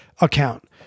account